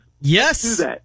Yes